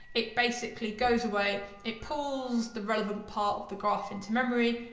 it basically goes away, it pulls the relevant part of the graph into memory,